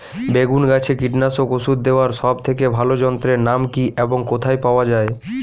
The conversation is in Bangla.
বেগুন গাছে কীটনাশক ওষুধ দেওয়ার সব থেকে ভালো যন্ত্রের নাম কি এবং কোথায় পাওয়া যায়?